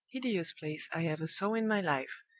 hideous place i ever saw in my life!